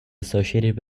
associated